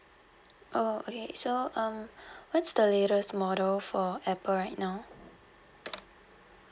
oh okay so um what's the latest model for Apple right now